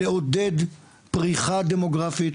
לעודד פריחה דמוגרפית